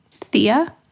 Thea